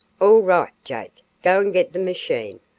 all right, jake, go and get the machine.